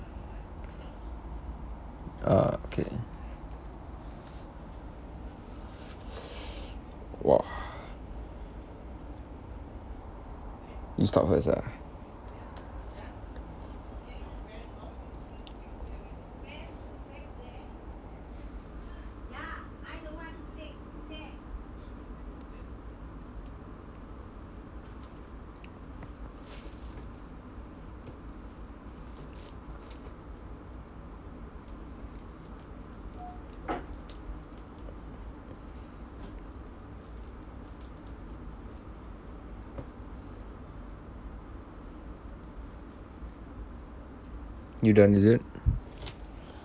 uh okay !wah! you start first ah you done is it